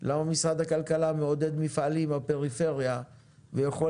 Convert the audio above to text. למה משרד הכלכלה מעודד מפעלים בפריפריה ויכול